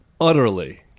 utterly